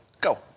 Go